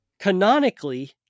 canonically